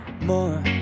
more